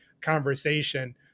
conversation